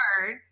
hard